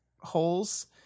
holes